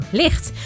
licht